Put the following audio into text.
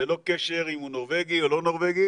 ללא קשר אם הוא נורבגי או לא נורבגי.